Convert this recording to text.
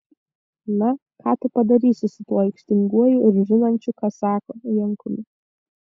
na ką tu padarysi su tuo aikštinguoju ir žinančiu ką sako jankumi